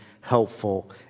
helpful